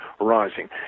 rising